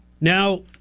Now